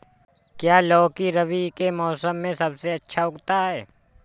क्या लौकी रबी के मौसम में सबसे अच्छा उगता है?